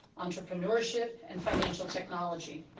entrepreneurship, and financial technology,